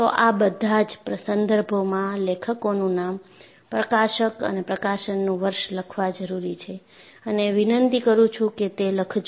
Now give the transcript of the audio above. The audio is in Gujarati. તો આ બધા જ સંદર્ભોમાં લેખકનું નામ પ્રકાશક અને પ્રકાશનનું વર્ષ લખવા જરૂરી છે અને વિનતી કરું છું કે તે લખજો